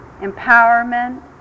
empowerment